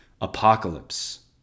Apocalypse